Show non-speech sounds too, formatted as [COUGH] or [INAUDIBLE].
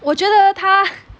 我觉得他 [LAUGHS]